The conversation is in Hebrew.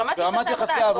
ברמת יחסי עבודה,